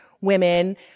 women